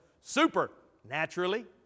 supernaturally